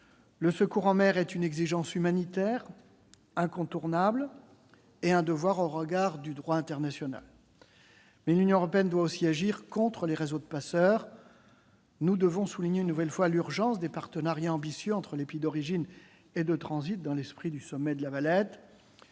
de ce sujet, est une exigence humanitaire incontournable et un devoir au regard du droit international, mais l'Union européenne doit aussi agir contre les réseaux de passeurs. Nous devons souligner une nouvelle fois l'urgence de partenariats ambitieux entre les pays d'origine et de transit dans l'esprit du sommet de La Valette.